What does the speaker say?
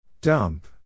Dump